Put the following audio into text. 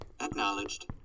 Acknowledged